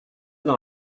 dans